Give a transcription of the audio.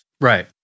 right